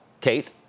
Kate